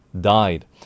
died